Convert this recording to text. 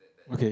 okay